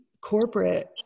corporate